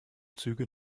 züge